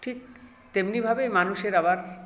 ঠিক তেমনিভাবেই মানুষের আবার